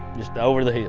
just over the